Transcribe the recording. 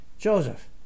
Joseph